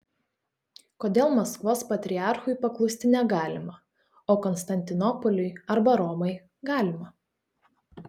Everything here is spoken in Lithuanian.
kodėl maskvos patriarchui paklusti negalima o konstantinopoliui arba romai galima